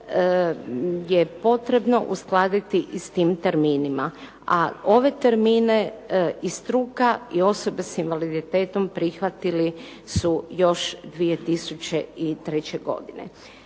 je potrebno uskladiti i s tim terminima, a ove termine i struka i osobe s invaliditetom prihvatili su još 2003. godine.